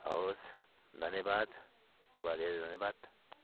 हवस् धन्यवाद तपाईँलाई धेरै धन्यवाद